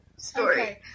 story